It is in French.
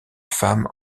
femme